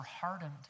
hardened